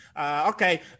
okay